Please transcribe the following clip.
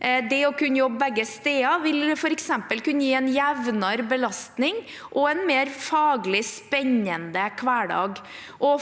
Det å kunne jobbe begge steder vil f.eks. kunne gi en jevnere belastning og en mer faglig spennende hverdag.